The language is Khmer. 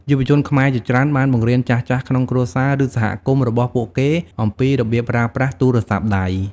យុវជនខ្មែរជាច្រើនបានបង្រៀនចាស់ៗ ក្នុងគ្រួសារ ឬសហគមន៍របស់ពួកគេអំពីរបៀបប្រើប្រាស់ទូរស័ព្ទដៃ។